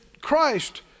Christ